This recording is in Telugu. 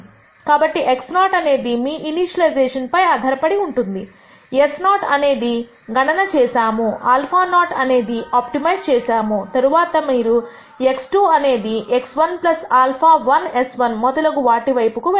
కాబట్టి x0 అనేది మీ ఇనీషియలైజేషన్ పై ఆధారపడి ఉంటుంది s నాట్ అనేది గణనక చేశాముα0 అనేది ఆప్టిమైజ్ చేసాము తరువాత మీరు x2 అనే x1 α1 s1 మొదలగు వాటి వైపు వెళ్లారు